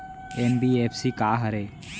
NBFC का हरे?